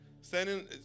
Standing